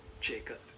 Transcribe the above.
Jacob